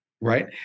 Right